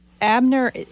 Abner